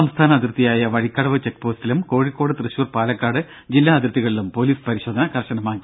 സംസ്ഥാന അതിർത്തിയായ വഴിക്കടവ് ചെക്ക്പോസ്റ്റിലും കോഴിക്കോട് തൃശൂർ പാലക്കാട് ജില്ലാ അതിർത്തികളിലും പൊലീസ് പരിശോധന കർശനമാക്കി